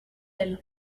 elle